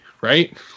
right